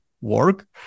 work